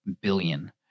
billion